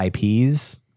IPs